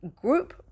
group